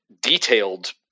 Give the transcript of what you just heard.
detailed